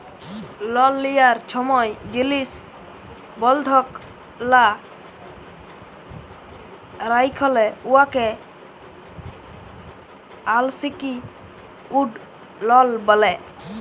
লল লিয়ার ছময় জিলিস বল্ধক লা রাইখলে উয়াকে আলসিকিউর্ড লল ব্যলে